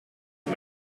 los